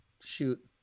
Shoot